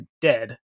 dead